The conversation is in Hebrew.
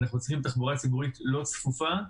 אנחנו צריכים תחבורה ציבורית לא צפופה.